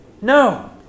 No